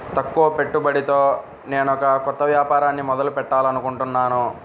తక్కువ పెట్టుబడితో నేనొక కొత్త వ్యాపారాన్ని మొదలు పెట్టాలనుకుంటున్నాను